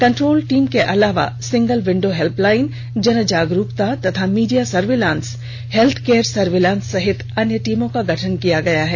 control team के अलावा single window helpline जनजागरूकता तथा media surveillance health care surveillance सहित अन्य टीमों का गठन किया गया है